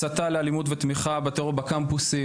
הסתה לאלימות ותמיכה בטרור בקמפוסים,